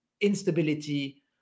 instability